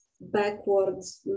backwards